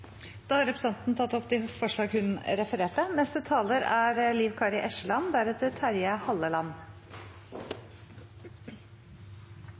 Da har representanten Une Bastholm tatt opp de forslagene hun refererte til. Me er